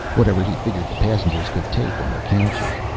whatever he figured the passengers could take on the couches.